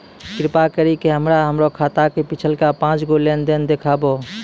कृपा करि के हमरा हमरो खाता के पिछलका पांच गो लेन देन देखाबो